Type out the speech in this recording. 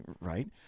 right